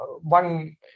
one